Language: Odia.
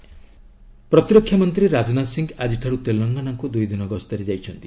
ଡିଫିନ୍ସ ମିନିଷ୍ଟର ପ୍ରତିରକ୍ଷା ମନ୍ତ୍ରୀ ରାଜନାଥ ସିଂହ ଆଜିଠାରୁ ତେଲଙ୍ଗାନାକୁ ଦୁଇଦିନ ଗସ୍ତରେ ଯାଇଛନ୍ତି